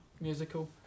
musical